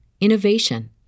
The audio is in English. innovation